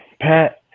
pat